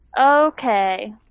Okay